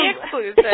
exclusive